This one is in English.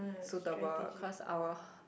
suitable cause our